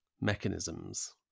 mechanisms